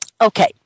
Okay